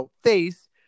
face